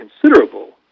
considerable